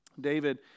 David